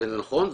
נכון,